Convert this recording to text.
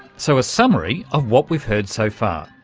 so a summary of what we've heard so far.